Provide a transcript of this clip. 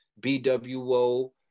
BWO